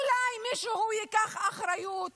אולי מישהו ייקח אחריות